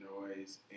noise